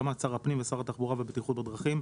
בהסכמת שר הפנים ושר התחבורה והבטיחות בדרכים,